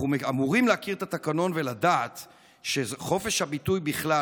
אנחנו אמורים להכיר את התקנון ולדעת שחופש הביטוי בכלל,